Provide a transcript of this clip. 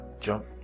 jump